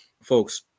folks